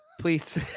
please